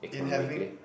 in having